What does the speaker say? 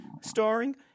starring